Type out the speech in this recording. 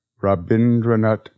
Rabindranath